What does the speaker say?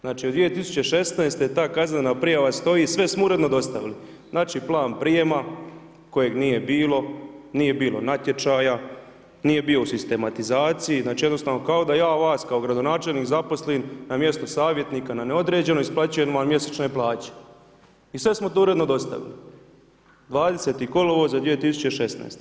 Znači od 2016. ta kaznena prijava stoji, sve smo uredno dostavili, znači plan prijema kojeg nije bilo, nije bilo natječaja, nije bio u sistematizaciji, znači jednostavno kao da ja vas kao gradonačelnik zaposlim na mjesto savjetnika na neodređeno, isplaćujem vam mjesečne plaće. i sve smo to uredno dostavili 20. kolovoza 2016.